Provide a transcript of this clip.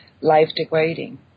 life-degrading